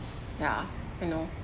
yeah I know